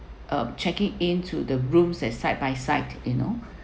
uh checking in to the rooms as side by side you know